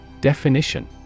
Definition